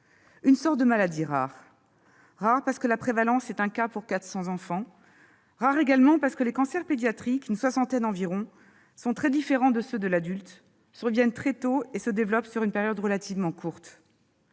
Une sorte de maladie rare. Rare parce que la prévalence est d'un cas pour 400 enfants ; rare également parce que les cancers pédiatriques, une soixantaine environ, sont très différents de ceux de l'adulte, surviennent très tôt et se développent sur une période relativement courte.